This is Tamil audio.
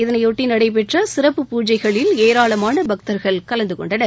இதனையொட்டி நடைபெற்ற சிறப்பு பூஜைகளில் ஏராளமான பக்தர்கள் கலந்து கொண்டனர்